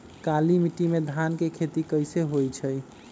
काली माटी में धान के खेती कईसे होइ छइ?